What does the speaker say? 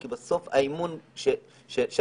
בסוף האמון שאנחנו,